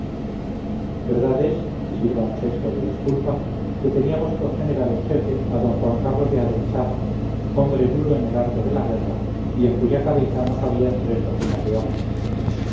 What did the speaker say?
es y sírvanos esto de disculpa que teníamos por general en jefe a d juan carlos de areizaga hombre nulo en el arte de la guerra y en cuya cabeza no cabían tres docenas de hombres